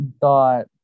thought